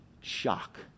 shock